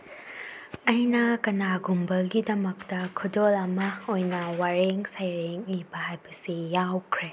ꯑꯩꯅ ꯀꯅꯥꯒꯨꯝꯕꯒꯤꯗꯃꯛꯇ ꯈꯨꯗꯣꯜ ꯑꯃ ꯑꯣꯏꯅ ꯋꯥꯔꯦꯡ ꯁꯩꯔꯦꯡ ꯏꯕ ꯍꯥꯏꯕꯁꯤ ꯌꯥꯎꯈ꯭ꯔꯦ